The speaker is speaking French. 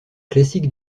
classique